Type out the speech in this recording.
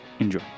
Enjoy